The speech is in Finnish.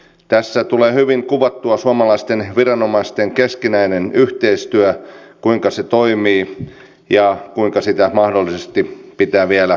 tässä tulee hyvin kuvattua suomalaisten viranomaisten keskinäinen yhteistyö kuinka se toimii ja kuinka sitä mahdollisesti pitää vielä tehostaa